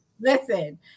Listen